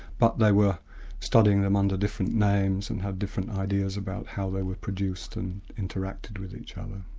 but they were studying them under different names and had different ideas about how they were produced and interacted with each other.